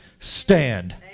stand